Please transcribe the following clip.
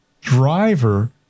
driver